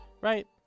Right